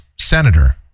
Senator